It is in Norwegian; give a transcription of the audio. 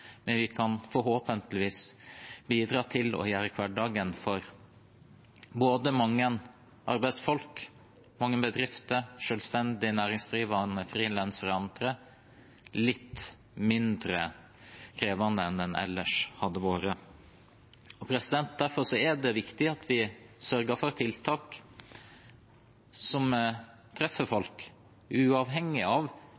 men vi kan forhåpentligvis bidra til å gjøre hverdagen for både mange arbeidsfolk, mange bedrifter, selvstendig næringsdrivende, frilansere og andre litt mindre krevende enn den ellers hadde vært. Derfor er det viktig at vi sørger for tiltak som treffer